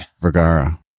Vergara